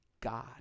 God